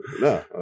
no